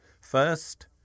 First